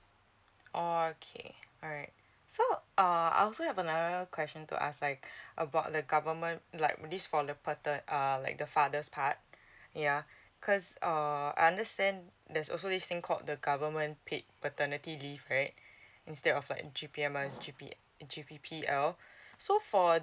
oh okay alright so uh I also have another question to ask like about the government like this for the uh like the father's part yeah cause uh I understand there's also this thing called the government paid paternity leave right instead of like g p m l it's g p g p p l so for